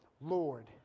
Lord